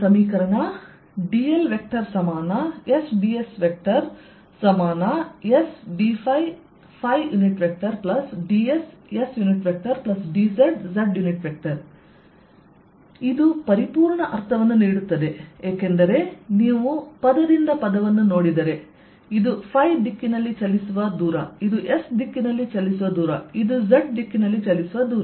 dlsdssdϕdssdzz ಇದು ಪರಿಪೂರ್ಣ ಅರ್ಥವನ್ನು ನೀಡುತ್ತದೆ ಏಕೆಂದರೆ ನೀವು ಪದದಿಂದ ಪದವನ್ನು ನೋಡಿದರೆ ಇದು ϕ ದಿಕ್ಕಿನಲ್ಲಿ ಚಲಿಸುವ ದೂರ ಇದು S ದಿಕ್ಕಿನಲ್ಲಿ ಚಲಿಸುವ ದೂರ ಇದು Z ದಿಕ್ಕಿನಲ್ಲಿ ಚಲಿಸುವ ದೂರ